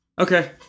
Okay